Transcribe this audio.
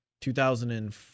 2004